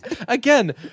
Again